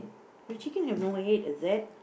your chicken have no head is it